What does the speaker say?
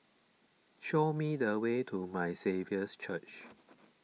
show me the way to My Saviour's Church